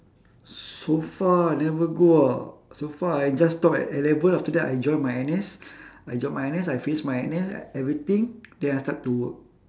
so far I never go ah so far I just stop at N-level after that I join my N_S I join my N_S I finish my N_S everything then I start to work